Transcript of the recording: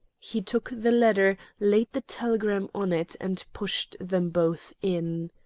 he took the letter, laid the telegram on it, and pushed them both in.